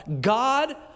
God